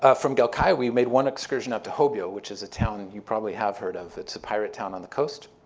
ah from galkayo, we made one excursion up to hobyo, which is a town you probably have heard of. it's a pirate town on the coast.